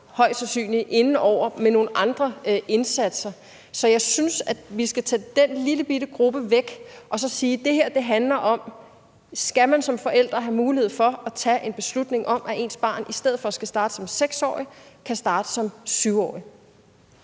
højst sandsynligt, inde over med nogle andre indsatser. Så jeg synes, at vi skal tage den lillebitte gruppe væk og så sige, at det her handler om, om man som forældre skal have mulighed for at tage en beslutning om, at ens barn i stedet for at starte som 6-årig kan starte som 7-årig.